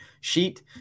sheet